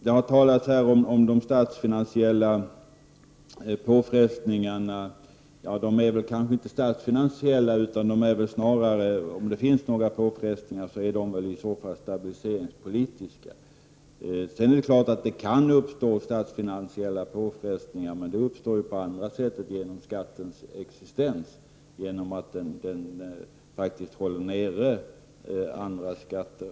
Det har talats här om statsfinansiella påfrestningar. De är kanske inte statsfinansiella. Om det finns några påfrestningar är de väl snarare stabiliseringspolitiska. Det är klart att det kan uppstå statsfinansiella påfrestningar, men de uppstår på grund av skattens existens genom att den faktiskt håller nere andra skatter.